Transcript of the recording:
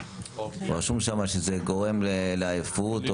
ורשום שם שזה גורם לעייפות.